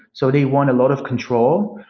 so they want a lot of control.